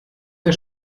der